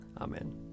Amen